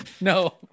no